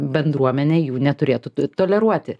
bendruomenė jų neturėtų toleruoti